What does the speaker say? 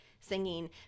singing